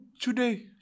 today